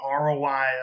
ROI